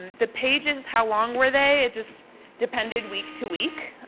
the pages, how long were they? it just depended week to week.